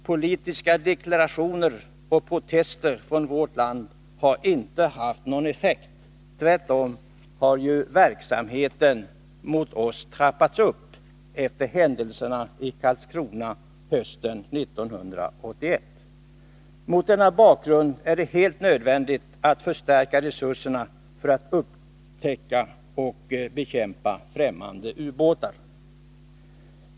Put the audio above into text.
Politiska deklarationer och protester från vårt land har inte haft någon effekt — tvärtom har ju verksamheten mot oss trappats upp efter händelserna i Karlskrona hösten 1981. Mot denna bakgrund är det helt nödvändigt att förstärka resurserna för att upptäcka och bekämpa främmande ubåtar.